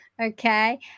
Okay